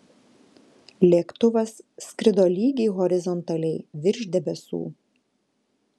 lėktuvas skrido lygiai horizontaliai virš debesų